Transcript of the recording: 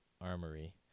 Armory